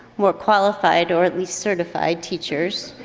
more qualified or at least certified teachers,